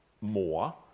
more